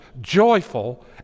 joyful